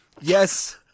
yes